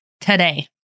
today